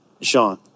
Sean